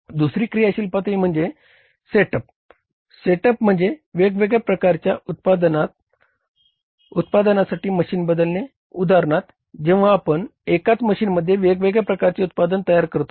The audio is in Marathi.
दुसरी क्रियाशील पातळी म्हणजे सेटअप उत्पादनासाठी मशीन बदलणे उदाहरणार्थ जेव्हा आपण एकाच मशीनमध्ये वेगवेगळ्या प्रकारचे उत्पादने तयार करतो